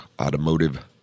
automotive